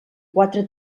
quatre